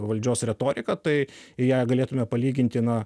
valdžios retoriką tai ją galėtume palyginti na